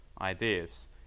ideas